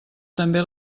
també